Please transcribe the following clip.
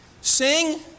Sing